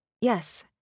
Yes